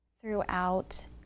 throughout